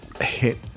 hit